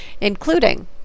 including